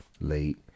late